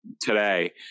today